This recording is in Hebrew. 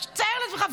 תאר לעצמך,